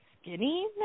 skinny